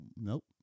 Nope